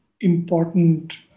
important